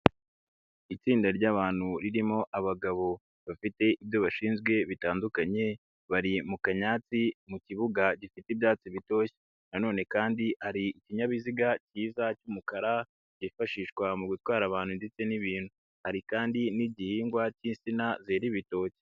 Itsinda ryabantu ririmo abagabo bafite ibyo bashinzwe bitandukanye bari mu kanyati mu kibuga gifite ibyatsi bitoshye nanone kandi hari ikinyabiziga kiza cy'umukara kifashishwa mu gutwara abantu ndetse n'ibintu, hari kandi n'igihingwa k'insina zera ibitoki.